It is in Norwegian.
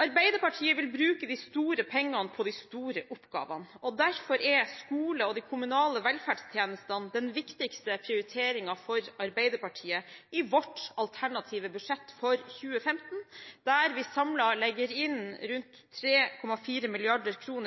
Arbeiderpartiet vil bruke de store pengene på de store oppgavene. Derfor er skolen og de kommunale velferdstjenestene de viktigste prioriteringene for Arbeiderpartiet i vårt alternative budsjett for 2015, der vi samlet legger inn rundt 3,4 mrd. kr